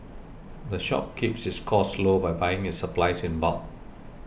the shop keeps its costs low by buying its supplies in bulk